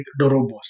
Dorobos